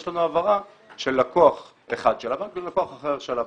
יש לנו העברה של לקוח אחד של הבנק ללקוח אחר של הבנק.